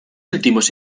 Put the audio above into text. últimos